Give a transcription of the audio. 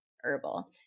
herbal